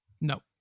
No